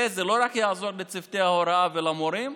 וזה לא יעזור רק לצוותי ההוראה ולמורים,